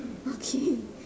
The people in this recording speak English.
okay